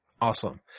Awesome